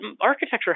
architecture